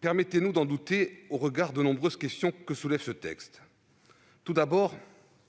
Permettez-nous d'en douter au regard des nombreuses questions que soulève ce texte. Tout d'abord,